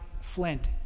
flint